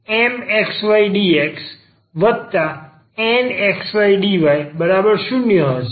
જે MxydxNxydy0 હશે